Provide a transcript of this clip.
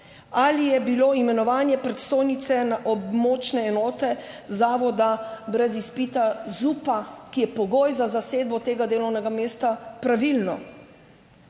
Ali je bilo imenovanje predstojnice na območne enote zavoda brez izpita ZUPA, ki je pogoj za zasedbo tega delovnega mesta, pravilno?